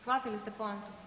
Shvatili ste poantu.